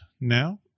now